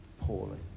poorly